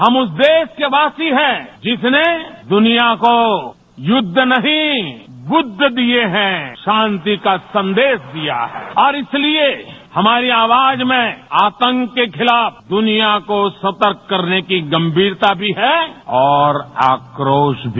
हम उस देश के वासी हैं जिसने दुनिया को युद्ध नहीं बुद्ध दिए हैं शांति का संदेश दिया है और इसलिए हमारी आवाज में आतंक के खिलाफ दुनिया को सतर्क करने की गंभीरता भी है और आक्रोश भी